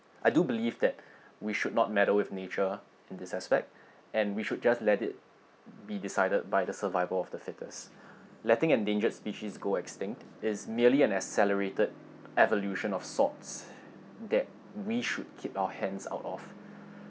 I do believe that we should not meddle with nature in this aspect and we should just let it be decided by the survival of the fittest letting endangered species go extinct is merely an accelerated evolution of sorts that we should keep our hands out of